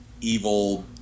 evil